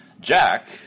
Jack